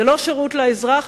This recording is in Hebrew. זה לא שירות לאזרח,